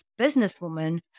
businesswoman